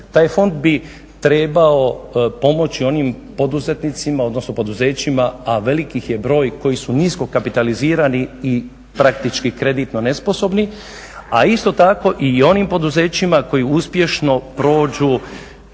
Taj fond bi trebao pomoći onim poduzetnicima a veliki ih je broj koji su nisko kapitalizirani i praktički kreditno nesposobni a isto tako i onim poduzećima koji uspješno prođu